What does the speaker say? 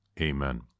Amen